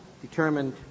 determined